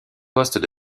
postes